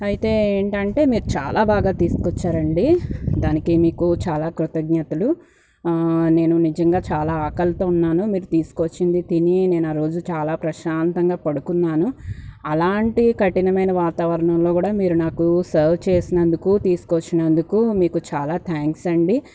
అయితే ఏంటంటే మీరు చాలా బాగా తీసుకొచ్చారండి దానికి మీకు చాలా కృతజ్ఞతలు నేను నిజంగా చాలా ఆకలితో ఉన్నాను మీరు తీసుకువచ్చింది తిని నేను ఆరోజు చాలా ప్రశాంతంగా పడుకున్నాను అలాంటి కఠినమైన వాతావరణంలో కూడా మీరు నాకు సర్వ్ చేసినందుకు తీసుకువచ్చినందుకు మీకు చాలా థ్యాంక్స్ అండి